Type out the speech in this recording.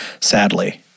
sadly